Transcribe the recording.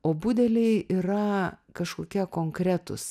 o budeliai yra kažkokie konkretūs